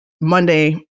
Monday